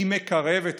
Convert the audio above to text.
היא מקרבת אותו.